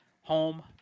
Home